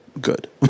good